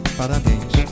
parabéns